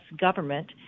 government